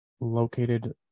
located